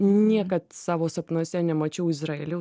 niekad savo sapnuose nemačiau izraelio